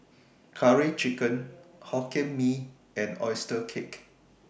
Curry Chicken Hokkien Mee and Oyster Cake